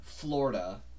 Florida